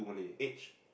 age